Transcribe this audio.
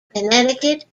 connecticut